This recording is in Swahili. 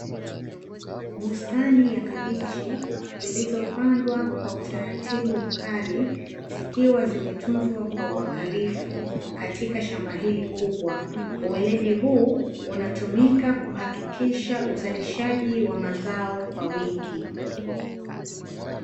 Bustani ya kabichi zilizopandwa kwa utaratibu mkali, zikiwa zimetunzwa kwa uangalifu katika shamba hili kubwa. Uweledi huu unatumika kuhakikisha uzalishaji wa mazao kwa wingi.